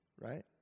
Right